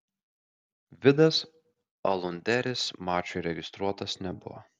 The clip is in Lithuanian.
vidas alunderis mačui registruotas nebuvo